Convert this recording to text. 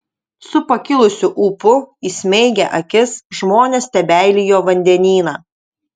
su pakilusiu ūpu įsmeigę akis žmonės stebeilijo vandenyną